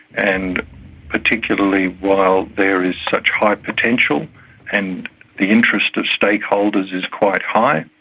and particularly while there is such high potential and the interest of stakeholders is quite high,